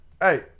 hey